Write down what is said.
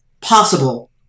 possible